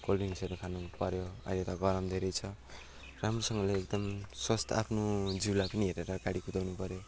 कोल्डड्रिङ्क्सहरू खानु पऱ्यो अहिले त गरम धेरै छ राम्रोसँगले एकदम स्वास्थ्य आफ्नो जिउलाई पनि हेरेर गाडी कुदाउनु पऱ्यो